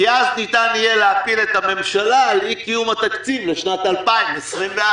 כי אז ניתן יהיה להפיל את הממשלה על אי-קיום התקציב לשנת 2021,